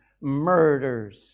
murders